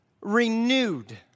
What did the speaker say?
renewed